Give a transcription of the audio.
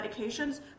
medications